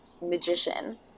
magician